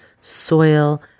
soil